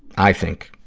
i think,